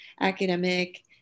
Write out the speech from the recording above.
academic